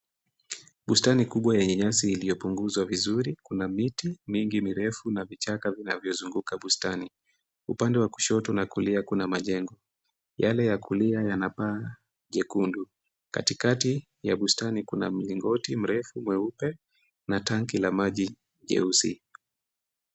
Bustani kubwa yenye nyasi iliyopunguzwa vizuri. Kuna miti mingi mirefu na vichaka vinavyozunguka bustani. Upande wa kushoto na kulia kuna majengo. Yale ya kulia yana paa jekundu. Katikati ya bustani kuna mlingoti mrefu mweupe na tanki la maji jeusi.